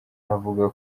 avuga